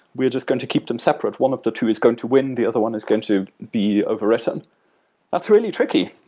we are just going to keep them separate. one of the two is going to win, the other one is going to be overwritten that's really tricky,